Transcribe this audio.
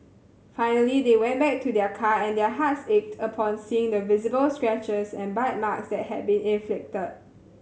finally they went back to their car and their hearts ached upon seeing the visible scratches and bite marks that had been inflicted